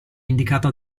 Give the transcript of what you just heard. indicata